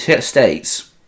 states